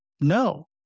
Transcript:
No